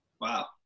Wow